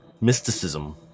Mysticism